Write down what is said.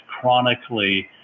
chronically